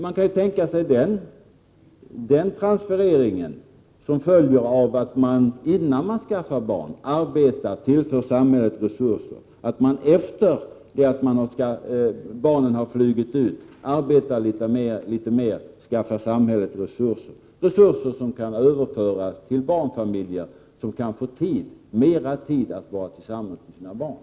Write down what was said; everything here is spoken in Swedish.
Man kan ju tänka sig den transferering som följer av att man — innan man skaffar barn — tillför samhället resurser genom arbete och att man efter det att barnen har flugit ut arbetar mer och skaffar samhället resurser — resurser som kan överföras till barnfamiljer för att ge föräldrarna mer tid till att vara tillsammans med sina barn.